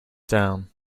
down